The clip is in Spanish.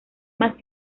más